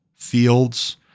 fields